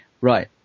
right